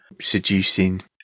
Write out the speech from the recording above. seducing